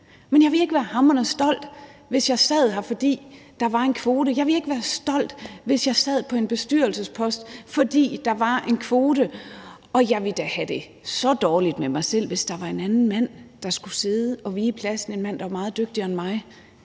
men jeg ville ikke være hamrende stolt, hvis jeg sad her, fordi der var en kvote. Jeg ville ikke være stolt, hvis jeg sad på en bestyrelsespost, fordi der var en kvote. Og jeg ville da have det så dårligt med mig selv, hvis der var en mand, der var meget dygtigere end mig,